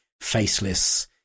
faceless